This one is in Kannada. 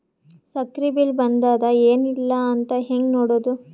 ಸಕ್ರಿ ಬಿಲ್ ಬಂದಾದ ಏನ್ ಇಲ್ಲ ಅಂತ ಹೆಂಗ್ ನೋಡುದು?